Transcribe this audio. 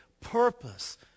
Purpose